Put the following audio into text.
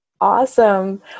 Awesome